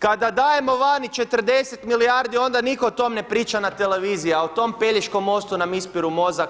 Kada dajemo vani 40 milijardi onda niko o tom ne priča na televiziji, a o tom Pelješkom mostu nam ispiru mozak